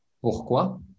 Pourquoi